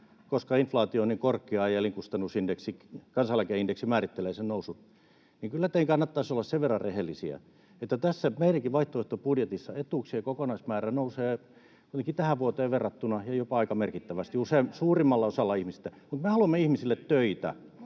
ja elinkustannusindeksi, kansaneläkeindeksi määrittelee sen nousun. Kyllä teidän kannattaisi olla sen verran rehellisiä, että tässä meidänkin vaihtoehtobudjetissa etuuksien kokonaismäärä nousee kuitenkin tähän vuoteen verrattuna ja jopa [Pia Viitanen: Miten se miljardin säästö? Mistäs se tulee?] aika merkittävästi suurimmalla osalla ihmisistä. Mutta me haluamme ihmisille töitä.